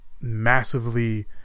massively